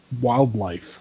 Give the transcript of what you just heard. wildlife